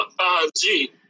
5G